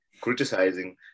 criticizing